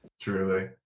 Truly